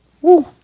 woo